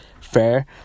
Fair